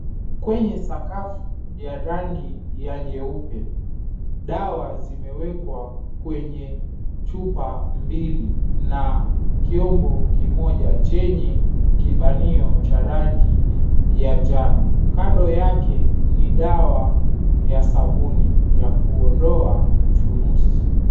Kwenye sakafu ya rangi ya nyeupe, dawa zimewekwa kwenye chupa mbili na kiombo kimoja chenye kibanio cha rangi ya njano. Kando yake ni dawa ya sabuni ya kuondoa chunusi.